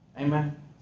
Amen